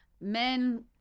men